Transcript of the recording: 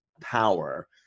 Power